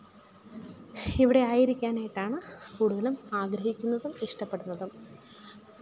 ഇവിടെ ആയിരിക്കാനായിട്ടാണ് കൂടുതലും ആഗ്രഹിക്കുന്നതും ഇഷ്ടപ്പെടുന്നതും